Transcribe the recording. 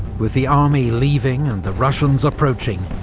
with the army leaving and the russians approaching,